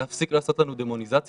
צריך להפסיק לעשות לנו דמוניזציה.